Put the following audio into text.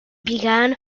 began